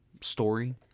story